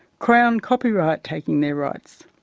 crown copyright taking their rights.